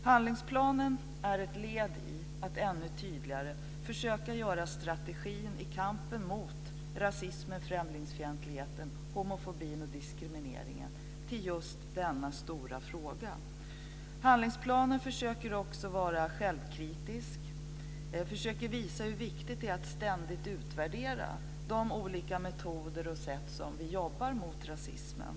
Handlingsplanen är ett led i att ännu tydligare försöka att göra strategin i kampen mot rasismen, främlingsfientligheten, homofobin och diskrimineringen till just denna stora fråga. Handlingsplanen försöker också att vara självkritisk. Den försöker visa hur viktigt det är att ständigt utvärdera de olika metoder och sätt som vi jobbar med mot rasismen.